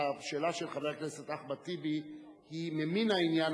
השאלה של חבר הכנסת אחמד טיבי היא ממין העניין,